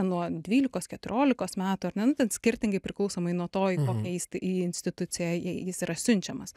nuo dvylikos keturiolikos metų ar ne nu ten skirtingai priklausomai nuo to į kokią įst į instituciją jis yra siunčiamas